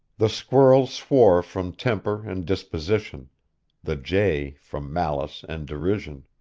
the squirrel swore from temper and disposition the jay from malice and derision.